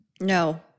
No